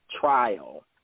trial